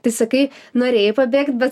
tai sakai norėjai pabėgt bet